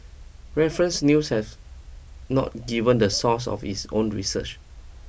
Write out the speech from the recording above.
reference news has not given the source of its own research